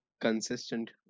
consistent